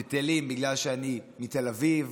לבטלים, בגלל שאני מתל אביב.